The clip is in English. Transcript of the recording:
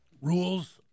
Rules